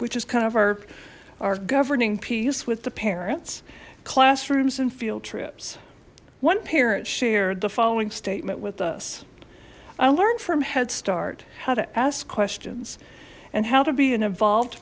which is kind of our our governing piece with the parents classrooms and field trips one parent shared the following statement with us i learned from head start how to ask questions and how to be an involved